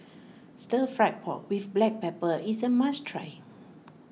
Stir Fried Pork with Black Pepper is a must try